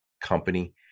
company